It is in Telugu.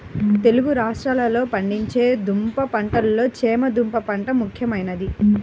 తెలుగు రాష్ట్రాలలో పండించే దుంప పంటలలో చేమ దుంప పంట ముఖ్యమైనది